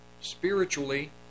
spiritually